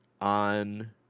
on